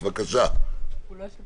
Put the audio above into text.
וזה לא אושר